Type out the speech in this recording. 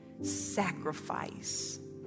sacrifice